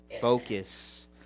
focus